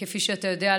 כפי שאתה יודע,